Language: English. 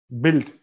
build